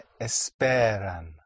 esperan